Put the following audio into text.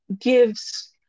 gives